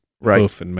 right